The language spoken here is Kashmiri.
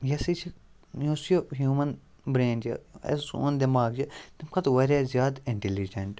یہِ ہَسا چھ یۄس یہِ ہیوٗمَن برین چھُ سون دٮ۪ماغ چھُ تمہِ کھۄتہٕ واریاہ زیاد اِنٹیٚلجَنٛٹ